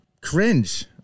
cringe